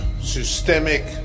systemic